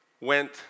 went